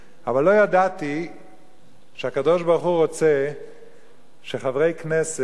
אבל לא ידעתי שהקדוש-ברוך-הוא רוצה שחברי הכנסת